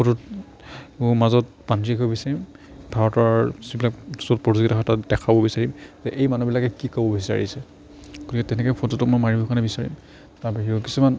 ফটোত মাজত পানজি হৈ গৈছে ভাৰতৰ যিবিলাক ফটো প্ৰতিযোগিতা হয় তাত দেখুৱাব বিচাৰিম যে এই মানুহবিলাকে কি ক'ব বিচাৰিছে গতিকে তেনেকৈ ফটোটোক মই মাৰিব কাৰণে বিচাৰিম তাৰ বাহিৰেও কিছুমান